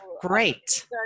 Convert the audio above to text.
great